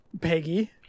Peggy